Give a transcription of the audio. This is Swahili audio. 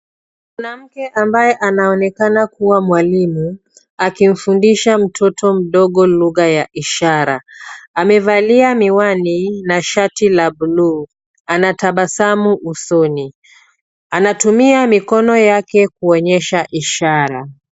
Mwanamke ambaye anaonekana kuwa mwalimu akimfundisha mtoto mdogo lugha ya ishara . Amevalia miwani na shati la buluu anatabasamu usoni. Anatumia mikono yake kuonyesha ishara.